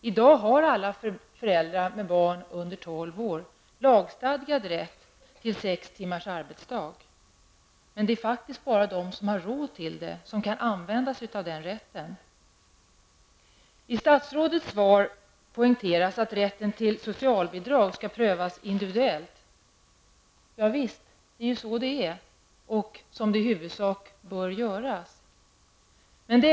I dag har alla föräldrar med barn under 12 år lagstadgad rätt till sex timmars arbetsdag, men det är faktiskt bara de som har råd till det som kan använda sig av den rättigheten. I statsrådets svar poängteras att rätten till socialbidrag skall prövas individuellt. Ja visst, det är ju så det är, och så det i huvudsak bör gå till.